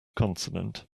consonant